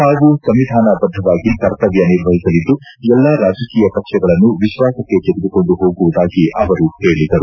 ತಾವು ಸಂವಿಧಾನ ಬದ್ಧವಾಗಿ ಕರ್ತವ್ಯ ನಿರ್ವಹಿಸಲಿದ್ದು ಎಲ್ಲಾ ರಾಜಕೀಯ ಪಕ್ಷಗಳನ್ನು ವಿಶ್ವಾಸಕ್ಕೆ ತೆಗೆದುಕೊಂಡು ಹೋಗುವುದಾಗಿ ಅವರು ಹೇಳದರು